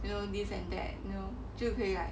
you know this and that you know 就可以了